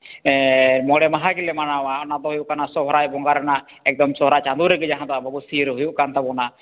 ᱢᱚᱬᱮ ᱢᱟᱦᱟ ᱜᱮᱞᱮ ᱢᱟᱱᱟᱣᱟᱭ ᱚᱱᱟ ᱫᱚ ᱦᱩᱭᱩᱜ ᱠᱟᱱᱟ ᱥᱚᱦᱨᱟᱭ ᱵᱚᱸᱜᱟ ᱨᱮᱱᱟᱜ ᱮᱠᱫᱚᱢ ᱥᱚᱦᱨᱟᱭ ᱪᱟᱸᱫᱚ ᱨᱮᱜᱮ ᱡᱟᱦᱟᱸ ᱫᱚ ᱟᱵᱚ ᱟᱸᱵᱟᱵᱟᱹᱥᱭᱟᱹ ᱨᱮ ᱦᱩᱭᱩᱜ ᱠᱟᱱ ᱛᱟᱵᱚᱱᱟ